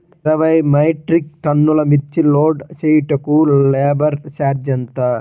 ఇరవై మెట్రిక్ టన్నులు మిర్చి లోడ్ చేయుటకు లేబర్ ఛార్జ్ ఎంత?